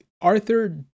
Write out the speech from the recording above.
arthur